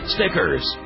Stickers